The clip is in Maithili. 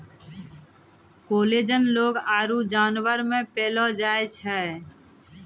कोलेजन लोग आरु जानवर मे पैलो जाय छै